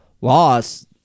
loss